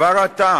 כבר עתה